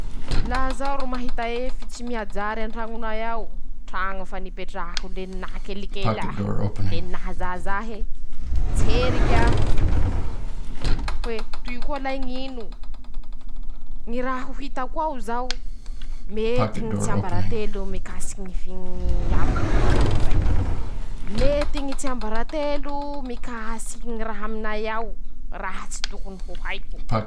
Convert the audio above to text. Laha zaho ro mahita hefitsy mihajary an-trañonay ao ,traño fa nipetrahako liany naha kelikely ahy ,liany naha zaza ahy e ,tseriky aho ,hoe: "ntoy koa lahy ñ'ino?",ñy raha ho hitako ao zao: -Mety ñy tsiambaratelo mikasiky ñy fi ñy havorohotako zay, mety ñy tsiambaratelo mikasiky ñy raha aminay ao ,raha tsy tokony ho haiko.